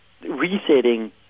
resetting